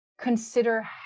consider